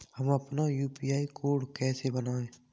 हम अपना UPI code कैसे बनाएँ?